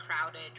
crowded